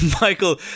Michael